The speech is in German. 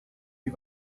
die